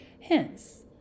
Hence